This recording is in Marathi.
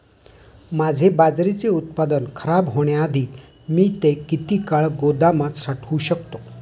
माझे बाजरीचे उत्पादन खराब होण्याआधी मी ते किती काळ गोदामात साठवू शकतो?